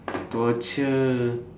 torture